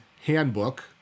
handbook